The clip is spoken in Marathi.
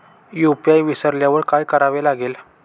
यू.पी.आय विसरल्यावर काय करावे लागेल?